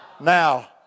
Now